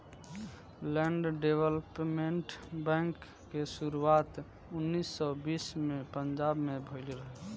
land development bank के शुरुआत उन्नीस सौ बीस में पंजाब में भईल रहे